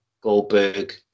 Goldberg